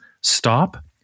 stop